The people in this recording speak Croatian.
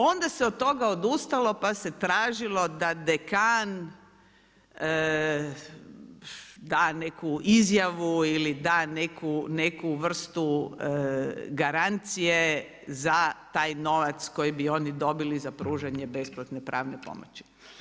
Onda se od toga odustalo, pa se tražilo da dekan da neku izjavu, ili da neku vrstu garancije za taj novac koji bi oni dobili za pružanje besplatne pravne pomoći.